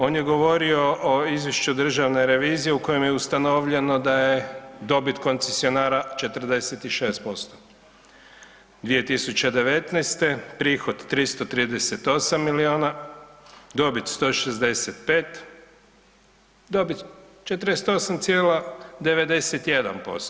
On je govorio o izvješću Državne revizije u kojem je ustanovljeno da je dobit koncesionara 46%, 2019. prihod 338 milijuna, dobit 165, dobit 48,91%